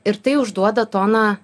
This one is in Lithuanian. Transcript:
ir tai užduoda toną